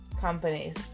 companies